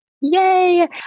Yay